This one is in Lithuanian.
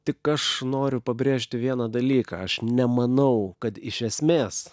tik aš noriu pabrėžti vieną dalyką aš nemanau kad iš esmės